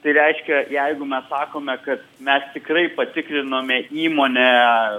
tai reiškia jeigu mes sakome kad mes tikrai patikrinome įmonę